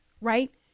right